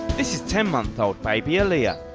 this is ten month old baby aliya.